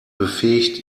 befähigt